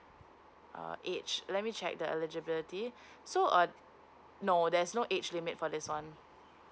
uh age let me check the eligibility so uh no there's no age limit for this one